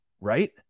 right